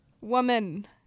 woman